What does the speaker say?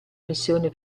missione